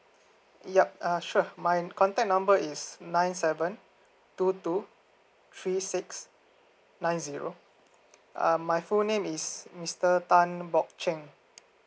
yup uh sure my contact number is nine seven two two three six nine zero uh my full name is mister tan bok cheng